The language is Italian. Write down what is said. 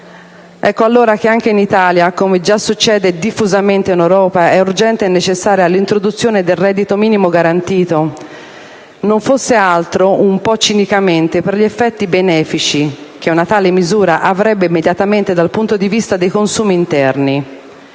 Ecco allora che anche in Italia, come già succede diffusamente in Europa, è urgente e necessaria l'introduzione del reddito minimo garantito. Non fosse altro, un po' cinicamente, per gli effetti benefici che una tale misura avrebbe immediatamente dal punto di vista dei consumi interni.